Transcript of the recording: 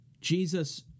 Jesus